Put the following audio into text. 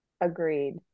Agreed